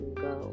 go